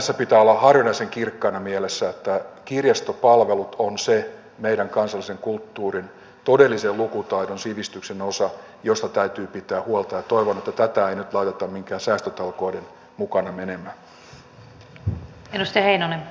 tässä pitää olla harvinaisen kirkkaana mielessä että kirjastopalvelut ovat se meidän kansallisen kulttuurimme todellisen lukutaitomme sivistyksemme osa josta täytyy pitää huolta ja toivon että tätä ei nyt laiteta minkään säästötalkoiden mukana menemään